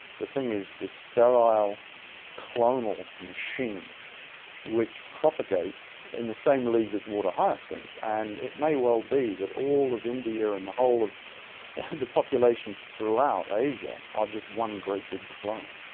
the thing is this sterile clonal machine which propagates in the same league as water hyacinth, and it may well be that all of india and the whole of the the populations throughout asia are just one great big clone.